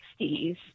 60s